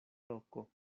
loko